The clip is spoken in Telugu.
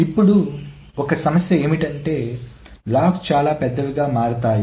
ఇప్పుడు ఒక సమస్య ఏమిటంటే లాగ్స్ చాలా పెద్దవిగా మారతాయి